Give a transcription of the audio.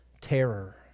terror